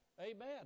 Amen